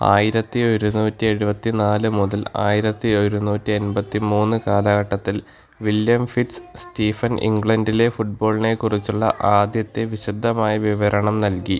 ആയിരത്തി ഒരുനൂറ്റി എഴുപത്തി നാല് മുതൽ ആയിരത്തി ഒരുന്നൂറ്റി എൺപത്തി മൂന്ന് കാലഘട്ടത്തിൽ വില്യം ഫിറ്റ്സ് സ്റ്റീഫൻ ഇംഗ്ലണ്ടിലെ ഫുട്ബോളിനെ കുറിച്ചുള്ള ആദ്യത്തെ വിശദമായ വിവരണം നൽകി